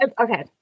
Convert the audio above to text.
okay